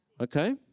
Okay